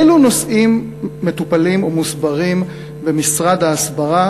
אילו נושאים מטופלים או מוסברים במשרד ההסברה